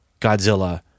Godzilla